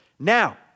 Now